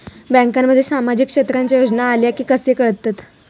बँकांमध्ये सामाजिक क्षेत्रांच्या योजना आल्या की कसे कळतत?